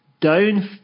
down